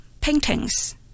paintings